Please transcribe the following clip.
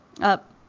up